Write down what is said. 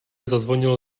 zazvonil